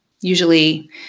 usually